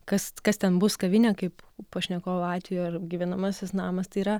kas kas ten bus kavinė kaip pašnekovo atveju ar gyvenamasis namas tai yra